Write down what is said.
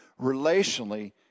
relationally